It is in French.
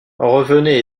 revenez